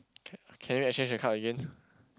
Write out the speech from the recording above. can can we exchange the card again